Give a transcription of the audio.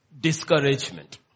Discouragement